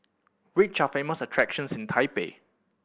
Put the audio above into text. which are famous attractions in Taipei